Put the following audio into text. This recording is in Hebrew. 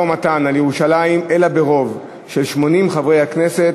בעד, 48, נגד, 13,